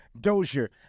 Dozier